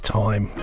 time